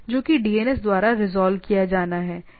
जो कि DNS द्वारा रिजॉल्व किया जाना है